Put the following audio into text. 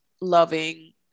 loving